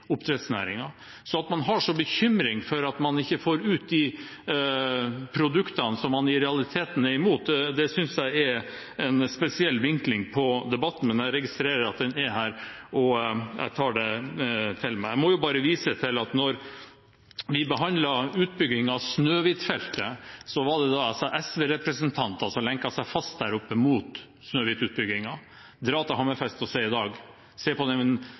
oppdrettsnæringen. Så at man har en sånn bekymring for at man ikke får ut de produktene som man i realiteten er imot, synes jeg er en spesiell vinkling på debatten. Men jeg registrerer at den er her, og jeg tar det med meg. Jeg må bare vise til at da vi behandlet utbyggingen av Snøhvitfeltet, var det altså SV-representanter som lenket seg fast der oppe – mot Snøhvitutbyggingen. Dra til Hammerfest og se i dag! Se på den